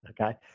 Okay